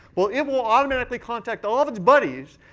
well, it will automatically contact all of its buddies,